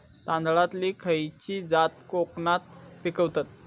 तांदलतली खयची जात कोकणात पिकवतत?